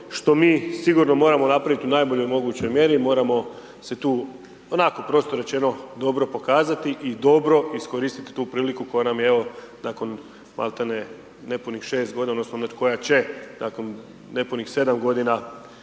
što mi sigurno moramo napraviti u najboljoj mogućoj mjeri, moramo se tu, onako prosto rečeno, dobro pokazati i dobro iskoristit tu priliku koja nam je, evo, nakon malte ne, nepunih 6 godina odnosno koja će nakon nepunih 7 godina